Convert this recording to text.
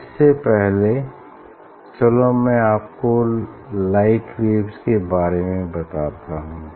इस से पहले चलो मैं आपको लाइट वेव्स के बारे में बताता हूँ